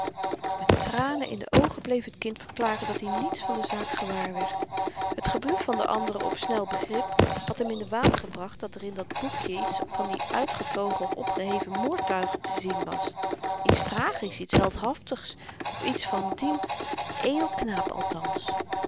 met tranen in de oogen bleef t kind verklaren dat-i niets van de zaak gewaar werd het gebluf van de anderen op snel begrip had hem in den waan gebracht dat er in dat boekjen iets van die uitgetogen of opgeheven moordtuigen te zien was iets tragisch iets heldhaftigs of iets van dien edelknaap althans